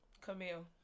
Camille